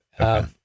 Okay